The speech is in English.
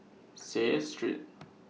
Seah Street